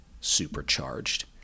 supercharged